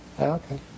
Okay